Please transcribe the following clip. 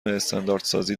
استانداردسازی